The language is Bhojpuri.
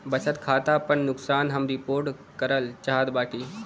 बचत खाता पर नुकसान हम रिपोर्ट करल चाहत बाटी